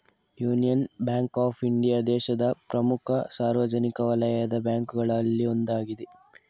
union bank of India ದೇಶದ ಪ್ರಮುಖ ಸಾರ್ವಜನಿಕ ವಲಯದ ಬ್ಯಾಂಕುಗಳಲ್ಲಿ ಒಂದಾಗಿದೆ